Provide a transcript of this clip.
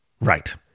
Right